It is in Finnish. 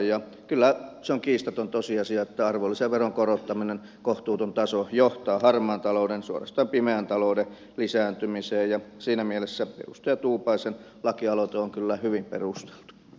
ja kyllä se on kiistaton tosiasia että arvonlisäveron korottaminen kohtuuton taso johtavat harmaan talouden suorastaan pimeän talouden lisääntymiseen ja siinä mielessä edustaja tuupaisen lakialoite on kyllä hyvin perusteltu